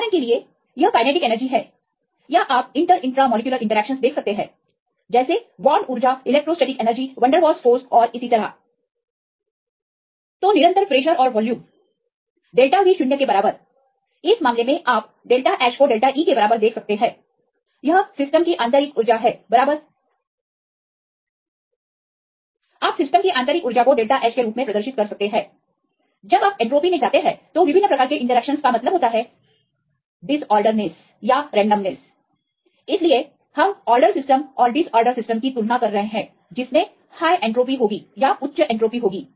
उदाहरण के लिए यह काइनेटिक एनर्जी है या आप इंटर इंट्रा मोलीक्यूलर इंटरेक्शनस देख सकते हैं जैसे बांड ऊर्जा इलेक्ट्रोस्टैटिक ऊर्जा वनडरवाल्स फोर्स और इसी तरह तो निरंतर दबाव और वॉल्यूम △V शून्य के बराबर इस मामले में आप △ H को △ E के बराबर देख सकते हैं यह सिस्टम की आंतरिक ऊर्जा हैं बराबर आप सिस्टम की आंतरिक ऊर्जा को△H के रूप में प्रदर्शित कर सकते हैं जब आप एन्ट्रापी में जाते हैं तो विभिन्न प्रकार के इंटरैक्शनस का मतलब होता है कि एन्ट्रापी का अर्थ है सिस्टम में डिसऑर्डरनेस या रैंडमनेस इसलिए हम ऑर्डर सिस्टम और डिसऑर्डर सिस्टम की तुलना कर रहे हैं जिसमें उच्च एंट्रॉपी होगी